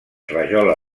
rajola